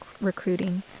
recruiting